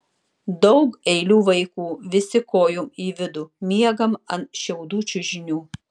daug eilių vaikų visi kojom į vidų miegam ant šiaudų čiužinių